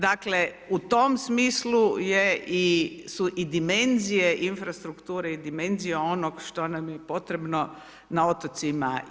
Dakle, u tom smislu su i dimenzije infrastrukture i dimenzije onoga što nam je potrebno na otocima.